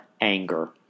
anger